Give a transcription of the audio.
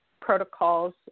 protocols